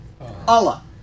Allah